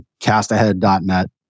castahead.net